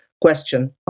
question